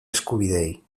eskubideei